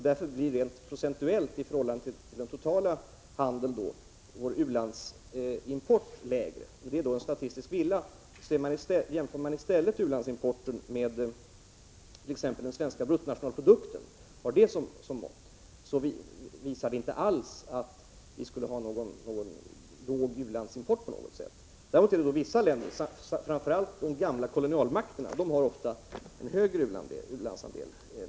Därför blir, rent procentuellt i förhållande till den totala handeln, vår u-landsimport lägre. Det är alltså en statistisk villa. Om man i stället jämför u-landsimporten med t.ex. den svenska bruttonationalprodukten och har det som mått, ser man att vi inte på något sätt skulle ha en låg u-landsimport. Däremot är det vissa länder, framför allt de gamla kolonialmakterna, som har en högre andel u-landsimport.